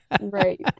Right